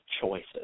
choices